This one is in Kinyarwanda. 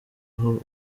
aho